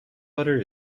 butter